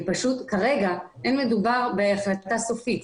פשוט כרגע אין מדובר בהחלטה סופית.